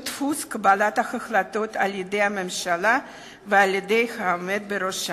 דפוס קבלת ההחלטות על-ידי הממשלה ועל-ידי העומד בראשה.